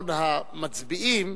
אחרון המצביעים,